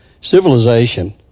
Civilization